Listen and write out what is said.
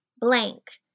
blank